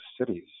cities